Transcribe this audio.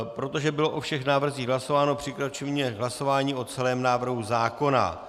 Protože bylo o všech návrzích hlasováno, přikročíme k hlasování o celém návrhu zákona.